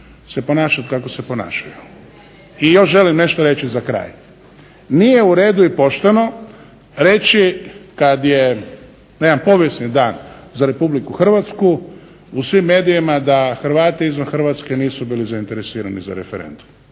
se ponašati kako se ponašaju. I još želim nešto reći za kraj. Nije u redu i pošteno reći kad je na jedan povijesni dan za Republiku Hrvatsku u svim medijima da Hrvati izvan Hrvatske nisu bili zainteresirani za referendum.